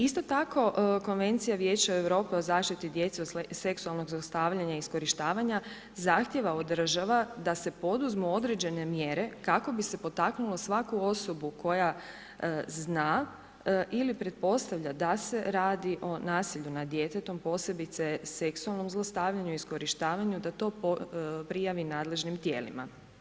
Isto tako konvencija Vijeća Europe o zaštiti djece od seksualnog zlostavljanja i iskorištavanja zahtijeva od država da se poduzmu određene mjere kako bi se potaknulo svaku osobu koja zna ili pretpostavlja da se radi o nasilju nad djetetom, posebice seksualnom zlostavljanju i iskorištavanju da to prijavi nadležnim tijelima.